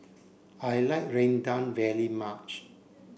I like Rendang very much